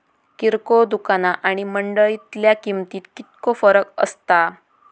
किरकोळ दुकाना आणि मंडळीतल्या किमतीत कितको फरक असता?